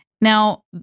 Now